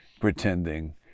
pretending